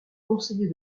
conseiller